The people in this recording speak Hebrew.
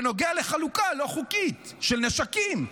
בנוגע לחלוקה לא חוקית של נשקים.